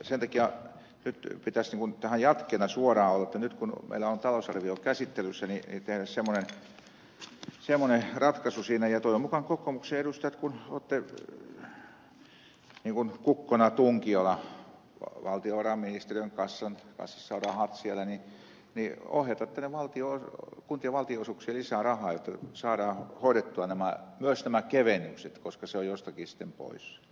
sen takia nyt pitäisi tähän jatkeena suoraan olla että kun meillä on talousarvio käsittelyssä niin tehdään semmoinen ratkaisu siinä ja toivon mukaan kokoomuksen edustajat kun olette niin kuin kukkoina tunkiolla ja valtiovarainministeriön kassassa on rahat ohjaatte kuntien valtionosuuksiin lisää rahaa jotta saadaan hoidettua myös nämä kevennykset koska se on jostakin sitten pois